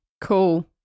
cool